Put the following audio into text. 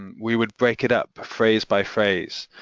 and we would break it up phrase by phrase.